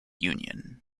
union